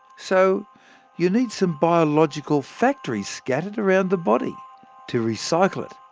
so you need some biological factories scattered around the body to recycle it.